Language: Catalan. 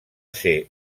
ser